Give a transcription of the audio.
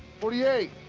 forty eight,